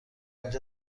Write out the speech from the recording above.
اینجا